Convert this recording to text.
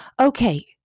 Okay